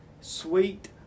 Sweet